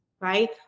Right